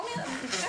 אני חושבת